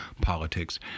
politics